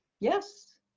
yes